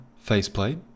faceplate